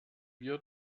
wir